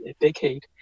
decade